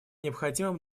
необходимым